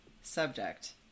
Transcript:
Subject